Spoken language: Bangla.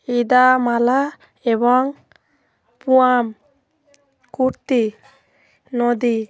ইদামালা এবং পুয়াম কুর্তি নদী